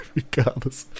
regardless